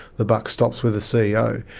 the buck stops with the ceo.